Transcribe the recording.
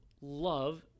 love